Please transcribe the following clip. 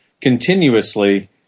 continuously